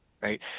Right